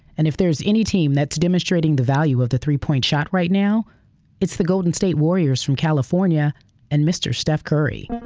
and if there's any team that's demonstrating the value of the three-point shot right now it's the golden state warriors from california and mr. steph curry